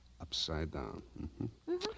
Upside-down